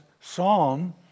Psalm